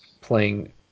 playing